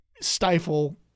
stifle